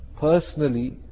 Personally